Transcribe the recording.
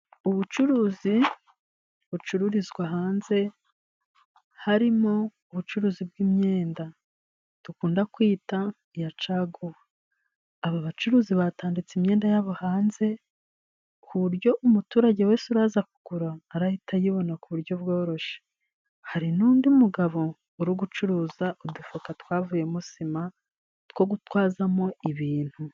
Ubucuruzi bucururizwa hanze harimo ubucuruzi bw'imyenda dukunda kwita iya caguwa, aba bacuruzi batanditse imyenda yabo hanze ku buryo umuturage wese uraza kugura arahita ayibona ku buryo bworoshye. Hari n'undi mugabo uri gucuruza udufoka twavuyemo sima two gutwazamo ibintu.